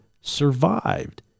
survived